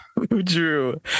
Drew